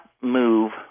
move